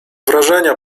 wrażenia